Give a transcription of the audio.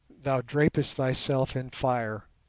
thou drapest thyself in fire.